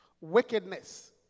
wickedness